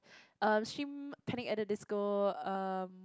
um stream Panic At the Disco um